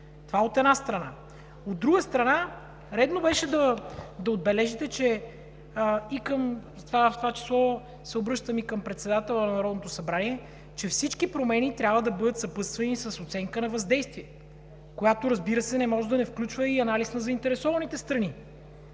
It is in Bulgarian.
Това е от една страна. От друга страна, беше редно да отбележите – в това число се обръщам и към Председателя на Народното събрание, че всички промени трябва да бъдат съпътствани с оценка на въздействие, която, разбира се, не може да не включва анализа на заинтересованите страни.